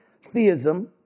theism